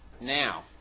Now